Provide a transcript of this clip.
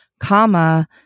comma